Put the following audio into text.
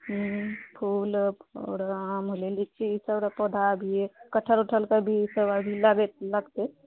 हुँ फूल आओर आम भेलए लीची ई सबकेँ पौधा अभी कटहल उटहलके भी अभी लगतै